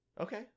Okay